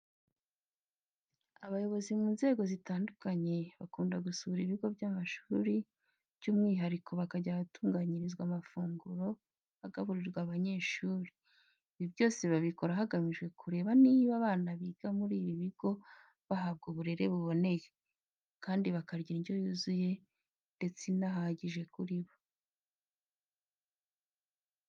Abayobozi mu nzego zitandukanye, bakunda gusura ibigo by'amashuri by'umwihariko bakajya ahatunganyirizwa amafunguro agaburirwa abanyeshuri. Ibi byose babikora hagamijwe kureba niba abana biga kuri ibi bigo bahabwa uburere buboneye, kandi bakarya n'indyo yuzuye ndetse inahagije kuri bo.